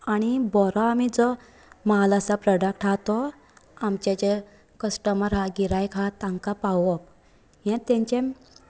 आनी बरो आमी जो म्हाल आसा प्रोडक्ट आहा तो आमचे जे कस्टमर हा गिरायक हा तांकां पळोवप हे तेंचे